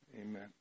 Amen